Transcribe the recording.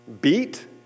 beat